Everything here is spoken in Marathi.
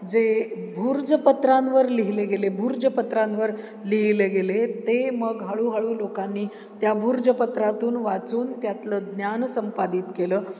जे भुर्जपत्रांवर लिहिले गेले भुर्जपत्रांवर लिहिले गेले ते मग हळूहळू लोकांनी त्या भुर्जपत्रातून वाचून त्यातलं ज्ञान संपादित केलं